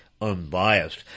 unbiased